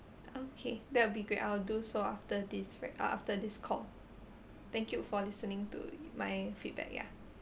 okay that will be great I'll do so after this uh after this call thank you for listening to my feedback ya